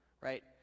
right